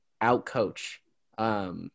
out-coach